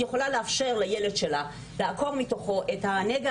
יכולה לאפשר לילד שלה לעקור מתוכו את הנגע